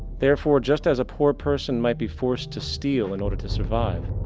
therefore, just as a poor person might be forced to steal in order to survive,